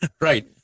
right